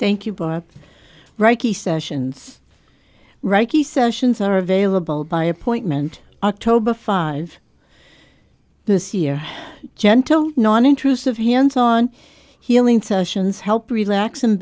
thank you bob reich the sessions rocky sessions are available by appointment october five this year gentil non intrusive hands on healing sessions help relax and